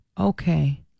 Okay